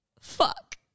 Fuck